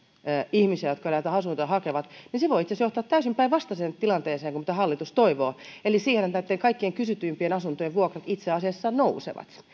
ihmisiä jotka näitä asuntoja hakevat niin se voi itse asiassa johtaa täysin päinvastaiseen tilanteeseen kuin mitä hallitus toivoo eli siihen että näitten kaikkein kysytyimpien asuntojen vuokrat itse asiassa nousevat